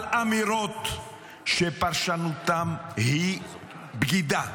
-- שפרשנותן היא בגידה,